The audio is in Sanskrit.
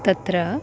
तत्र